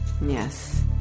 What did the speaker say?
Yes